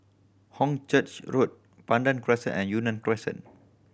Hornchurch Road Pandan Crescent and Yunnan Crescent